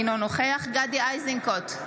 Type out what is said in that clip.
אינו נוכח גדי איזנקוט,